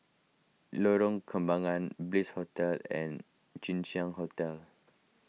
Lorong Kembangan Hotel and Jinshan Hotel